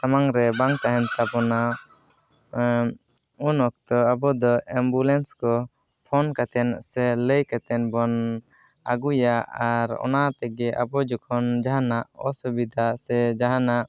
ᱥᱟᱢᱟᱰᱝᱨᱮ ᱵᱟᱝ ᱛᱟᱦᱮᱱ ᱛᱟᱵᱚᱱᱟ ᱩᱱ ᱚᱠᱛᱚ ᱟᱵᱚ ᱫᱚ ᱮᱢᱵᱩᱞᱮᱱᱥ ᱠᱚ ᱯᱷᱳᱱ ᱠᱟᱛᱮᱫ ᱥᱮ ᱞᱟᱹᱭ ᱠᱟᱛᱮᱫ ᱵᱚᱱ ᱟᱹᱜᱩᱭᱟ ᱟᱨ ᱚᱱᱟ ᱛᱮᱜᱮ ᱟᱵᱚ ᱡᱚᱠᱷᱚᱱ ᱡᱟᱦᱟᱱᱟᱜ ᱚᱥᱩᱵᱤᱫᱷᱟ ᱥᱮ ᱡᱟᱦᱟᱱᱟᱜ